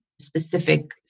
specific